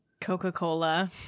Coca-Cola